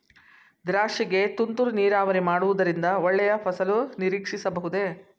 ದ್ರಾಕ್ಷಿ ಗೆ ತುಂತುರು ನೀರಾವರಿ ಮಾಡುವುದರಿಂದ ಒಳ್ಳೆಯ ಫಸಲು ನಿರೀಕ್ಷಿಸಬಹುದೇ?